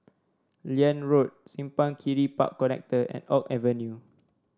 Liane Road Simpang Kiri Park Connector and Oak Avenue